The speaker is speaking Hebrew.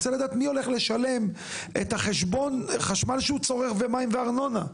רוצה לדעת מי הולך לשלם את חשבון החשמל שהוא צורך ומים וארנונה.